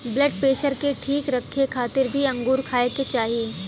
blood pressure के ठीक रखे खातिर भी अंगूर खाए के चाही